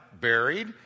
buried